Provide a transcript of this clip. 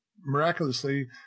miraculously